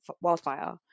wildfire